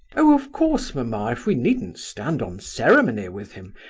oh, of course, mamma, if we needn't stand on ceremony with him,